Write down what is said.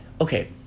Okay